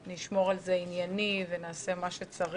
בואו נשמור על זה ענייני ונעשה מה שצריך.